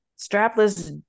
strapless